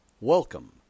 Welcome